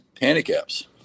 handicaps